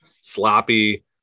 sloppy